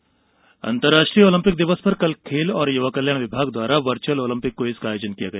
खेल क्विज अंतर्राष्ट्रीय ओलंपिक दिवस पर कल खेल और युवा कल्याण विभाग द्वारा वर्चअल ओलंपिक क्विज का आयोजन किया गया